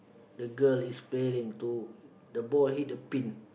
the girl is bearing two the ball hit the pin